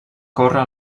córrer